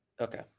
Okay